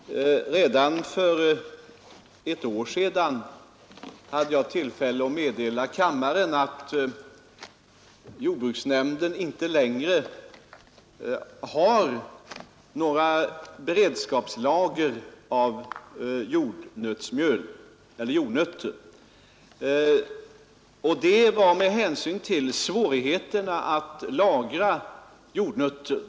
Fru talman! Redan för ett år sedan hade jag tillfälle att meddela kammaren att jordbruksnämnden inte längre har några beredskapslager av jordnötter, detta med hänsyn till svårigheterna att lagra sådana.